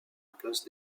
place